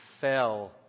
fell